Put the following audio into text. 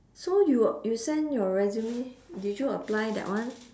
so you you send your resume did you apply that one